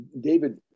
David